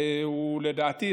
לדעתי,